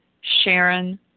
Sharon